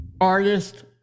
artist